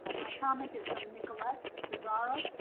ah my comment is from nicolette pizarro.